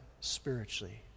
spiritually